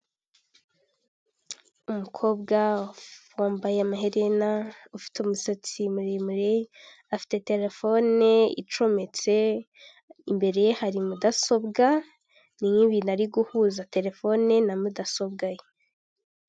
Umukobwa wambaye amaherena ufite umusatsi muremure afite telefone icometse imbere ye hari mudasobwa ni nkibi ari guhuza terefone na mudasobwa ye.